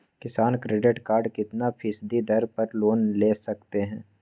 किसान credit card कितना फीसदी दर पर लोन ले सकते हैं?